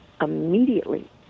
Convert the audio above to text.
immediately